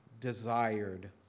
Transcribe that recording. desired